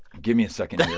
give me a second